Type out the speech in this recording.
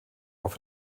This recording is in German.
auch